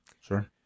sure